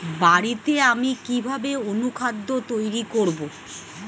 বাড়িতে আমি কিভাবে অনুখাদ্য তৈরি করব?